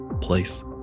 place